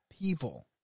people